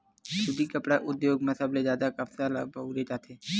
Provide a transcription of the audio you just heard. सुती कपड़ा उद्योग म सबले जादा कपसा ल बउरे जाथे